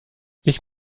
ich